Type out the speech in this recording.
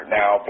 now